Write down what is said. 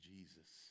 Jesus